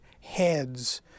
heads